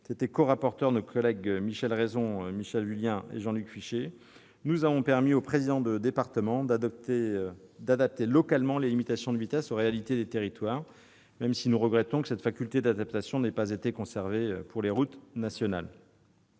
étaient rapporteurs nos collègues Michel Raison, Michèle Vullien et Jean-Luc Fichet, nous avons permis aux présidents de département d'adapter localement les limitations de vitesse aux réalités des territoires ; nous regrettons d'ailleurs que cette faculté d'adaptation n'ait pas été conservée pour les routes nationales.